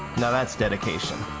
now that's dedication.